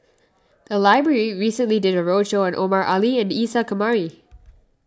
the library recently did a roadshow on Omar Ali and Isa Kamari